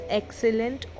excellent